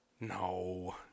No